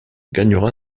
gagnera